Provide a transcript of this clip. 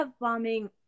bombing